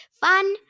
Fun